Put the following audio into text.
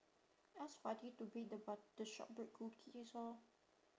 ask fati to bring the butter shortbread cookies orh